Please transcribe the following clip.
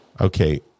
Okay